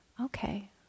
Okay